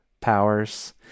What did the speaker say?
powers